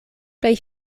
plej